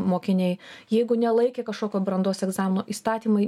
mokiniai jeigu nelaikė kažkokio brandos egzamino įstatymai